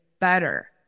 better